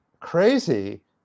crazy